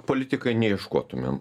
politikai neieškotumėm